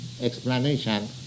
explanation